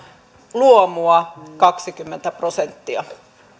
luomua kaksikymmentä prosenttia